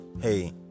hey